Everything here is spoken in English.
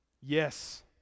Yes